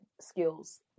skills